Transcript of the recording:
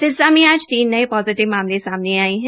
सिरसा में आज तीन नये पोजिटिव मामले सामने आये है